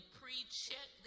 pre-check